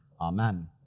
Amen